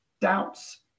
doubts